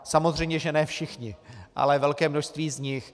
Samozřejmě že ne všichni, ale velké množství z nich.